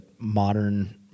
modern